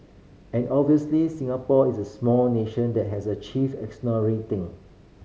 and obviously Singapore is a small nation that has achieved thing